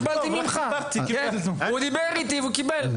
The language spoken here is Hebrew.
הוא דיבר איתי והוא קיבל.